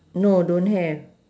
no don't have